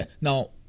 now